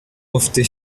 ofte